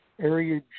area